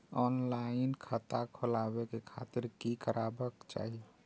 Online खाता खोलाबे के खातिर कि करबाक चाही?